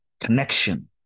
Connection